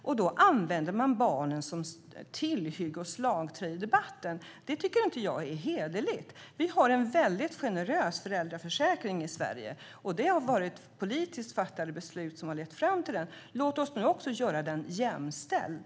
Att ni använder barnen som tillhygge och slagträ i debatten tycker jag inte är hederligt. Vi har en väldigt generös föräldraförsäkring i Sverige, och det har varit politiskt fattade beslut som lett fram till den. Låt oss nu också göra den jämställd!